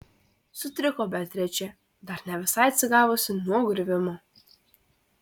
sutriko beatričė dar ne visai atsigavusi nuo griuvimo